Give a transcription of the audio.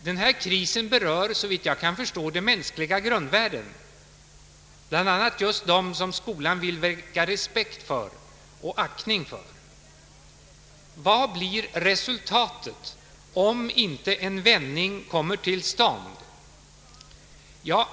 Den här krisen berör såvitt jag kan förstå de mänskliga grundvärdena, bland annat dem som skolan vill väcka aktning och respekt för. Vad blir resultatet om inte en vändning kommer till stånd?